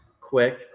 quick